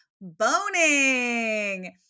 boning